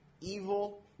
evil